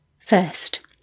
First